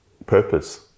Purpose